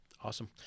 Awesome